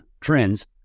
trends